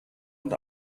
und